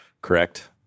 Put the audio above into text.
correct